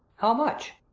how much?